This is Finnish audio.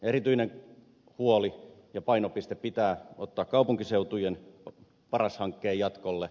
erityinen huoli ja painopiste pitää ottaa kaupunkiseutujen paras hankkeen jatkolle